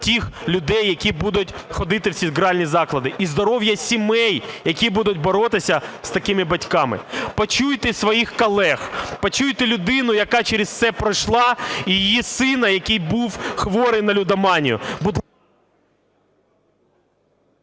тих людей, які будуть ходити в ці гральні заклади. І здоров'я сімей, які будуть боротися з такими батьками. Почуйте своїх колег. Прочуйте людину, яка через це пройшла, і її сина, який був хворий на лудоманію.